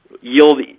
yield